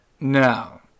No